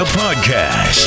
podcast